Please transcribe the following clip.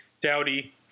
Dowdy